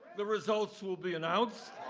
the results will be announced.